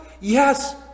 Yes